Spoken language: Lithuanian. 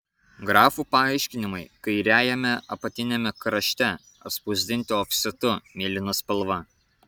grafų paaiškinimai kairiajame apatiniame krašte atspausdinti ofsetu mėlyna spalva